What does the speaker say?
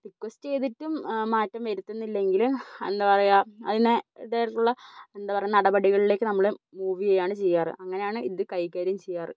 request ചെയ്തിട്ടും മാറ്റം വരുത്തുന്നില്ലെങ്കിൽ എന്താ പറയുക അതിന് ഇടയിലുള്ള എന്താ പറയുക നടപടികളിലേക്ക് നമ്മൾ മൂവ് ചെയ്യുകയാണ് ചെയ്യാറ് അങ്ങനെയാണ് ഇത് കൈകാര്യം ചെയ്യാറ്